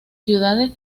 ciudades